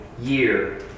year